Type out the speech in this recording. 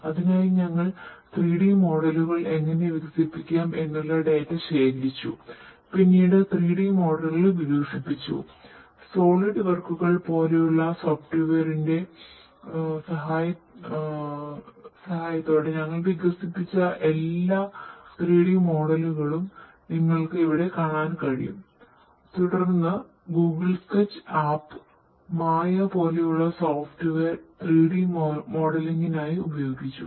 അതിനായി ഞങ്ങൾ 3D മോഡലുകൾ ഉപയോഗിച്ചു